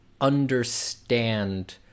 understand